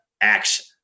action